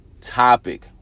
topic